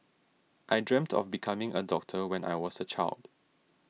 I dreamt of becoming a doctor when I was a child